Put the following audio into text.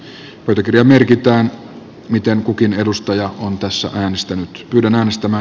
pöytäkirjaan merkitään miten kukin edustaja on tässä onnistunut yhden äänestämä